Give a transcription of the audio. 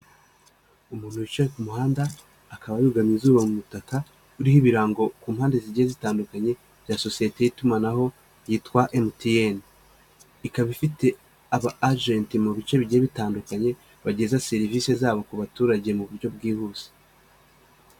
Umuntu wicaye ku muhanda, akaba yugama izuba mu mutaka, uriho ibirango ku mpande zigiye zitandukanye za sosiyete y'itumanaho rya MTN, ikaba ifite aba ajenti mu bice bigiye bitandukanye, bageza serivisi zabo ku baturage mu buryo bwihuse.